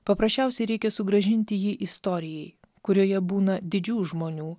paprasčiausiai reikia sugrąžinti jį istorijai kurioje būna didžių žmonių